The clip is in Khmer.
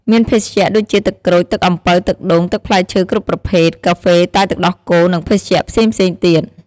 មានភេសជ្ជៈ ដូចជាទឹកក្រូច ទឹកអំពៅ ទឹកដូង ទឹកផ្លែឈើគ្រប់ប្រភេទ កាហ្វេ តែទឹកដោះគោ និងភេសជ្ជៈផ្សេងៗទៀត។